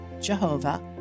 Jehovah